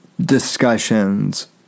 discussions